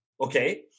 Okay